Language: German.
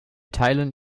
teilen